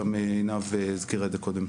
גם עינב הזכירה את זה קודם.